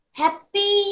happy